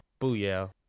Booyah